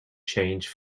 change